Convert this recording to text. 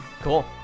Cool